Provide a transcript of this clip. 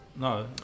No